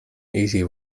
easy